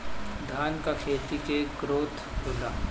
धान का खेती के ग्रोथ होला?